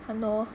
!hannor!